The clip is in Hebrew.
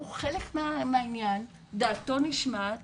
הוא חלק מהעניין ודעתו נשמעת